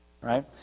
right